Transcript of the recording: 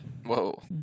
Whoa